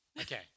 Okay